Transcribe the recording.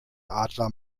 adler